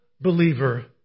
believer